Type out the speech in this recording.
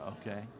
okay